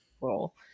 role